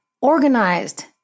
organized